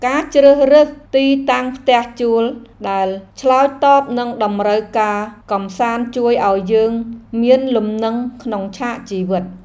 ការជ្រើសរើសទីតាំងផ្ទះជួលដែលឆ្លើយតបនឹងតម្រូវការកម្សាន្តជួយឱ្យយើងមានលំនឹងក្នុងឆាកជីវិត។